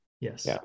yes